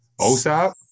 OSAP